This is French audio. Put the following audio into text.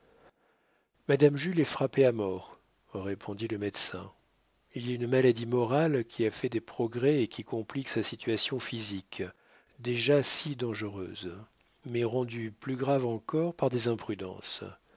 madame jules est frappée à mort répondit le médecin il y a une maladie morale qui a fait des progrès et qui complique sa situation physique déjà si dangereuse mais rendue plus grave encore par des imprudences